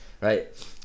right